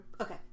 okay